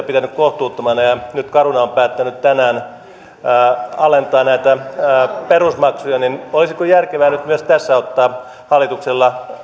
pitänyt kohtuuttomina ja nyt caruna on päättänyt tänään alentaa näitä perusmaksuja niin olisiko järkevää nyt myös tässä ottaa hallituksen